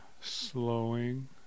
slowing